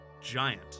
giant